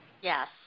Yes